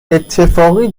اتفاقی